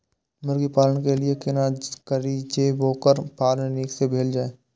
मुर्गी पालन के लिए केना करी जे वोकर पालन नीक से भेल जाय?